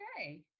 okay